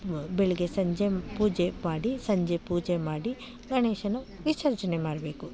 ಬೆಳಗ್ಗೆ ಸಂಜೆ ಪೂಜೆ ಮಾಡಿ ಸಂಜೆ ಪೂಜೆ ಮಾಡಿ ಗಣೇಶನ ವಿಸರ್ಜನೆ ಮಾಡಬೇಕು